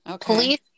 Police